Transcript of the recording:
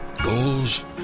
Goals